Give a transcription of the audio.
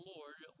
Lord